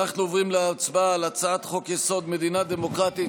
אנחנו עוברים להצבעה על הצעת חוק-יסוד: מדינה דמוקרטית,